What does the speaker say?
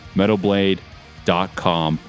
metalblade.com